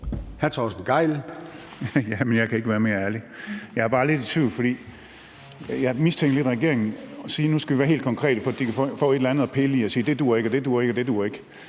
14:30 Torsten Gejl (ALT): Jamen jeg kan ikke være mere enig. Jeg er bare lidt i tvivl, for jeg mistænkte lidt regeringen for at sige, at nu skal vi være helt konkrete, for at de kan få et eller andet at pille i, hvor de kan sige: Det duer ikke, det duer ikke, og det duer ikke.